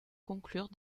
conclure